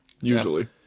Usually